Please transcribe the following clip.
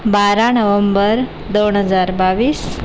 बारा नोव्हेंबर दोन हजार बावीस